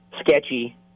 sketchy